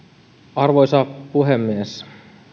arvoisa puhemies